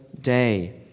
day